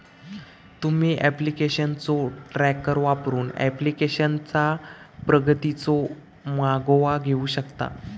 तुम्ही ऍप्लिकेशनचो ट्रॅकर वापरून ऍप्लिकेशनचा प्रगतीचो मागोवा घेऊ शकता